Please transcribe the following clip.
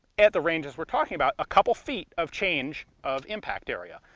at the ranges we're talking about, a couple feet of change of impact area.